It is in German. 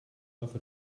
affe